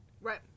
Right